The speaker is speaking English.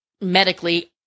medically